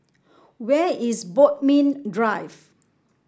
where is Bodmin Drive